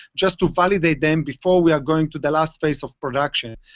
just to validate them before we are going to the last phase of production.